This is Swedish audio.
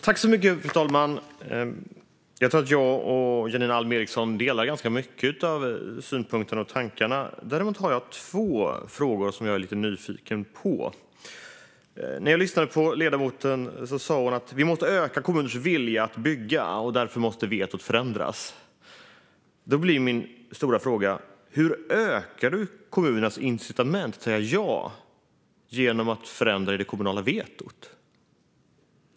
Fru talman! Jag tror att jag och Janine Alm Ericson delar ganska mycket av synpunkterna och tankarna. Däremot har jag två frågor som jag är lite nyfiken på. När jag lyssnade på ledamoten sa hon att vi måste öka kommuners vilja att bygga, och därför måste vetot förändras. Då blir min stora fråga: Hur ökar du kommunernas incitament till att säga ja genom att förändra det kommunala vetot?